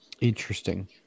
Interesting